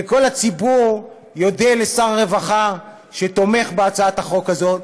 וכל הציבור יודה לשר הרווחה שתומך בהצעת החוק הזאת,